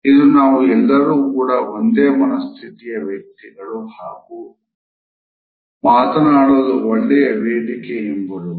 ಇದು ನಾವು ಎಲ್ಲರೂ ಕೂಡ ಒಂದೇ ಮನಸ್ಥಿತಿಯ ವ್ಯಕ್ತಿಗಳು ಹಾಗೂ ಮಾತನಾಡಲು ಒಳ್ಳೆಯ ವೇದಿಕೆ ಎಂಬುದು